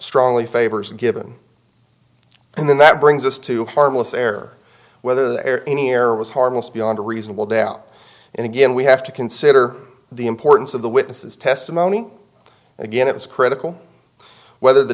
strongly favors given and then that brings us to harmless error whether they're any error was harmless beyond a reasonable doubt and again we have to consider the importance of the witnesses testimony and again it was critical whether the